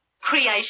creation